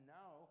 now